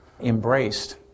embraced